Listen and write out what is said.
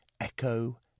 Echo